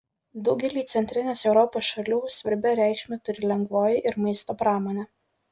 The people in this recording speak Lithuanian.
daugeliui centrinės europos šalių svarbią reikšmę turi lengvoji ir maisto pramonė